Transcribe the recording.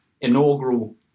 inaugural